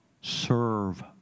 Serve